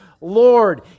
lord